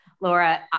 Laura